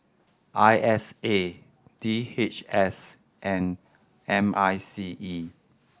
I S A D H S and M I C E